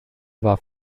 war